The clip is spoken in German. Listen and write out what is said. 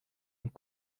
und